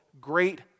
great